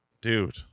dude